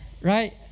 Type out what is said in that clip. right